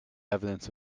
evidence